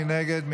מי נגד?